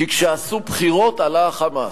כי כשעשו בחירות עלה ה"חמאס",